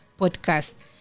podcast